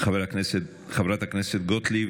חברת הכנסת גוטליב.